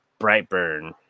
Brightburn